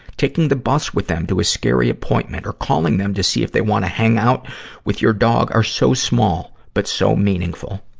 taking the bus with them to a scary appointment or calling them to see if they wanna hang out with your dog are so small but so meaningful.